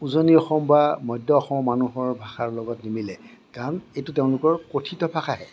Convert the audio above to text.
উজনি অসম বা মধ্য় অসমৰ মানুহৰ ভাষাৰ লগত নিমিলে কাৰণ এইটো তেওঁলোকৰ কথিত ভাষাহে